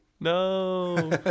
No